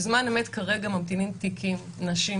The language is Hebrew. בזמן אמת כרגע ממתינים תיקים נשים,